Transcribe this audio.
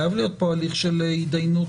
חייב להיות פה הליך של הידיינות.